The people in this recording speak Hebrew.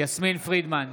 יסמין פרידמן,